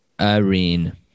Irene